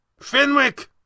Finwick